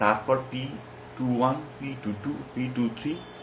তারপর P 21 P 22 P 23 P 24